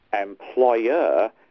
employer